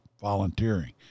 volunteering